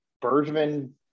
Bergman